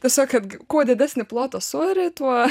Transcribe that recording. tiesiog kad kuo didesnį plotą suarei tuo